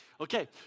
Okay